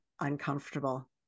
uncomfortable